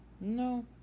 No